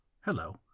Hello